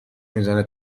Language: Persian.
میزنه